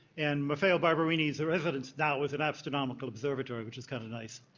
and maffeo barberini's residence now is an astronomical observatory, which is kind of nice.